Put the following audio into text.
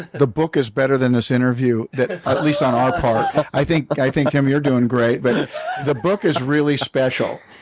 the book is better than this interview, at ah least on our part. i think i think tim, you're doing great, but and the book is really special.